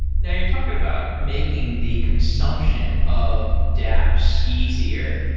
now you're talking about making the consumption of daps easier,